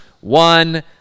one